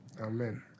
Amen